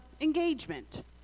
engagement